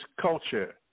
culture